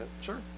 Sure